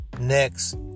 next